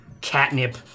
catnip